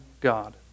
God